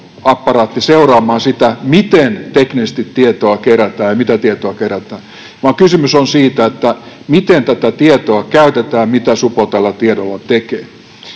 seuraamaan sitä, miten teknisesti tietoa kerätään ja mitä tietoa kerätään, vaan kysymys on siitä, miten tätä tietoa käytetään, mitä supo tällä tiedolla tekee.